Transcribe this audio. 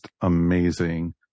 amazing